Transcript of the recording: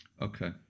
Okay